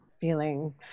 feeling